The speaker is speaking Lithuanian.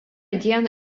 dieną